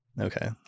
okay